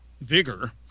vigor